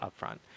upfront